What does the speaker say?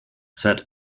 set